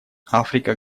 африка